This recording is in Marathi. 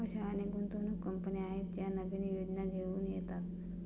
अशा अनेक गुंतवणूक कंपन्या आहेत ज्या नवीन योजना घेऊन येतात